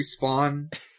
respawn